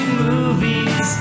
movies